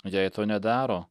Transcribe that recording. jei to nedaro